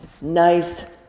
nice